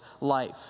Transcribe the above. life